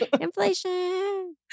Inflation